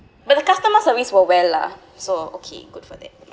but the customer service were well lah so okay good for that